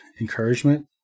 encouragement